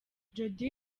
jody